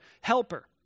helper